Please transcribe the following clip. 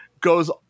goes